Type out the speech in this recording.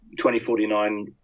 2049